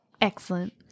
Excellent